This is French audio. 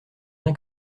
bien